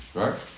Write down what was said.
right